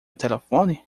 telefone